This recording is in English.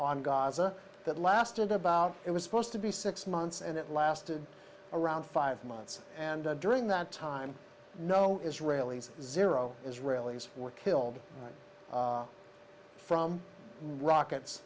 gaza that lasted about it was supposed to be six months and it lasted around five months and during that time no israelis zero israelis were killed from rockets